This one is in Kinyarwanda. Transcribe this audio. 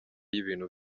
y’ibintu